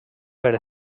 per